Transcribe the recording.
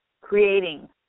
Creating